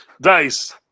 Dice